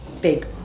big